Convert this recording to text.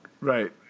right